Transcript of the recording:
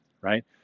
right